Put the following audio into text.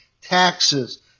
taxes